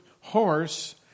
horse